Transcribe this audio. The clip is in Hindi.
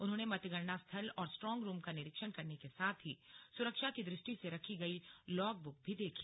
उन्होंने मतगणना स्थल और स्ट्रॉन्ग रूम का निरीक्षण करने के साथ ही सुरक्षा की दृष्टि से रखी गयी लॉग बुक भी देखी